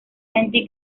andy